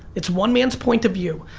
it's one man's point of view.